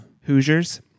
Hoosiers